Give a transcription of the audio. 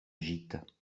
gîtes